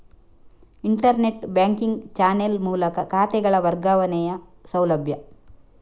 internet banking channel ಮೂಲಕ ಖಾತೆಗಳ ವರ್ಗಾವಣೆಯ ಸೌಲಭ್ಯ